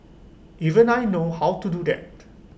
even I know how to do that